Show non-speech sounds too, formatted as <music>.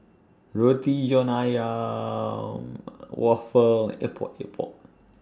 Roti John Ayam <noise> Waffle Epok Epok